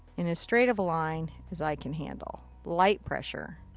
in as straight of a line as i can handle. light pressure.